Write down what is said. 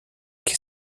que